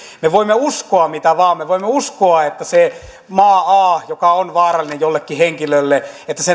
me voimme uskoa mitä vain me voimme uskoa että sen maa an joka on vaarallinen jollekin henkilölle